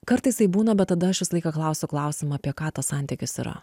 kartais taip būna bet tada aš visą laiką klausiu klausimą apie ką tas santykis yra